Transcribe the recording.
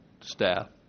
staff